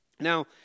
Now